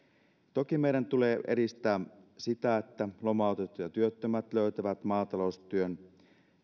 toki meidän tulee edistää sitä että lomautetut ja työttömät löytävät maataloustyön